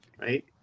right